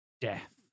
death